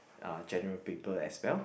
uh general paper as well